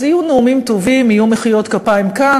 אז יהיו נאומים טובים, יהיו מחיאות כפיים כאן.